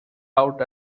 out